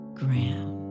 ground